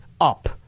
up